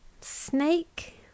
Snake